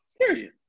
Period